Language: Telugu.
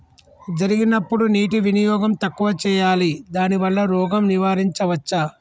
జరిగినప్పుడు నీటి వినియోగం తక్కువ చేయాలి దానివల్ల రోగాన్ని నివారించవచ్చా?